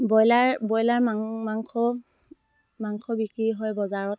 broiler মাংস বিক্ৰী হয় বজাৰত